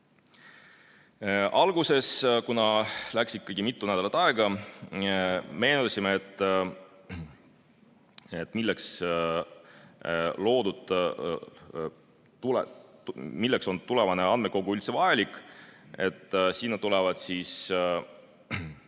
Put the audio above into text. Alguses, kuna läks ikkagi mitu nädalat aega, meenutasime, milleks on tulevane andmekogu üldse vajalik. Sinna tulevad